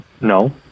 no